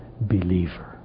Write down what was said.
believer